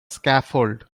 scaffold